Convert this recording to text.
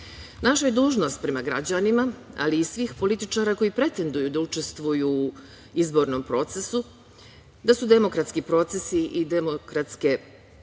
je dužnost prema građanima, ali i svih političara koji pretenduju da učestvuju u izbornom procesu, da su demokratski procesi i demokratske institucije